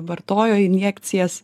vartojo injekcijas